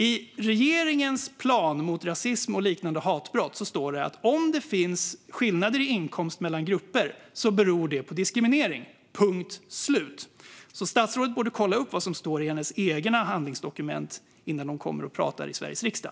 I regeringens plan mot rasism och liknande hatbrott står det att om det finns skillnader i inkomst mellan grupper beror det på diskriminering, punkt slut. Statsrådet borde kolla upp vad som står i hennes egna handlingsdokument innan hon kommer och pratar i Sveriges riksdag.